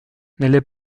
nelle